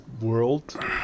world